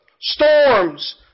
storms